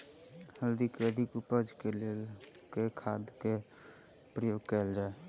हल्दी केँ अधिक उपज केँ लेल केँ खाद केँ प्रयोग कैल जाय?